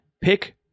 pick